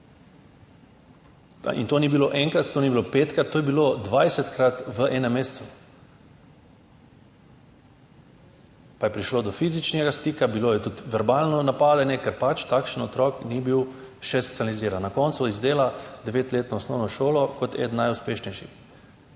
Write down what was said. In to ni bilo enkrat, to ni bilo petkrat, to je bilo dvajsetkrat v enem mesecu. Pa je prišlo do fizičnega stika, bilo je tudi verbalno napadanje, ker pač takšen otrok še ni bil specializiran. Na koncu izdela devetletno osnovno šolo kot eden najuspešnejših.